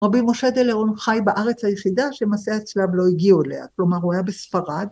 רבי משה דלרון חי בארץ היחידה שמסעי הצלב לא הגיעו אליה, כלומר הוא היה בספרד.